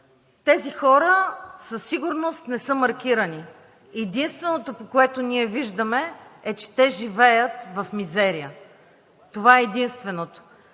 Тези хора със сигурност не са маркирани. Единственото, което ние виждаме, е, че те живеят в мизерия, това е единственото.